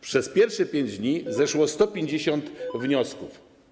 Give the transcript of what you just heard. Przez pierwsze 5 dni złożono 150 wniosków.